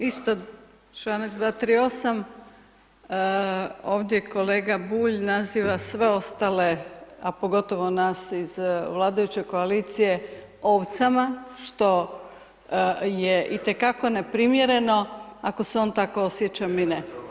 Isto čl. 238. ovdje je kolega Bulj naziva sve ostale a pogotovo nas iz vladajuće koalicije ovcama što je itekako neprimjereno, ako se on tako osjeća, mi ne.